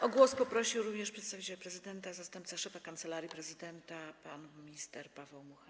O głos poprosił również przedstawiciel prezydenta, zastępca szefa Kancelarii Prezydenta pan minister Paweł Mucha.